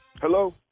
Hello